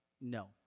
no